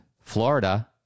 Florida